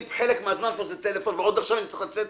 אני בחלק מהזמן עושה טלפון ועוד עכשיו אני צריך לצאת.